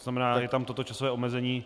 To znamená, je tam toto časové omezení.